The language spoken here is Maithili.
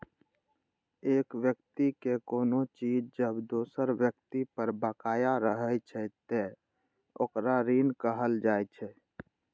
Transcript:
एक व्यक्ति के कोनो चीज जब दोसर व्यक्ति पर बकाया रहै छै, ते ओकरा ऋण कहल जाइ छै